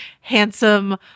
handsome